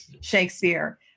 Shakespeare